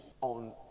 on